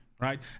Right